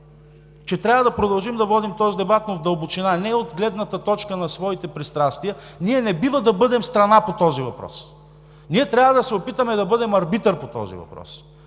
че трябва да продължим да водим този дебат, но в дълбочина – не от гледната точка на своите пристрастия. Ние не бива да бъдем страна по този въпрос – трябва да се опитаме да бъдем арбитър по този въпрос,